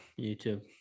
YouTube